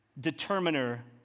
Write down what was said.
determiner